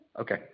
Okay